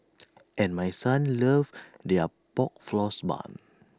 and my son loves their Pork Floss Bun